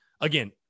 again